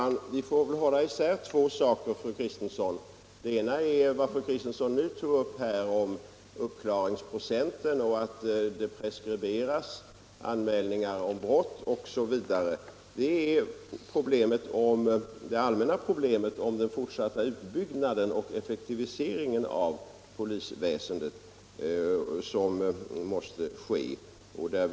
Herr talman! Vi måste hålla isär de här två sakerna, fru Kristensson. Fru Kristensson talade nu om uppklaringsprocenten, om att brott preskriberas innan polisen hinner behandla anmälningarna, osv. Därmed har fru Kristensson tagit upp det allmänna problem som gäller den fortsatta utbyggnad och effektivisering av polisväsendet som måste komma till stånd.